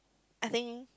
I think